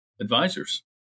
advisors